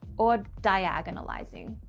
or diagonalizing,